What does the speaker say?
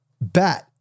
bat